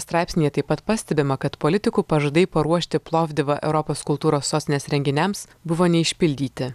straipsnyje taip pat pastebima kad politikų pažadai paruošti plovdivą europos kultūros sostinės renginiams buvo neišpildyti